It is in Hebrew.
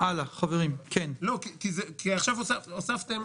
כי עכשיו הוספתם